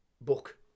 book